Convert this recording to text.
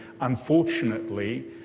unfortunately